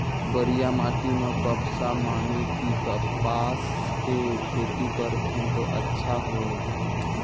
करिया माटी म कपसा माने कि कपास के खेती करथन तो अच्छा होयल?